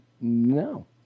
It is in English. no